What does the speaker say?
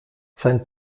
sein